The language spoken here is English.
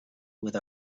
with